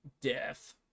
Death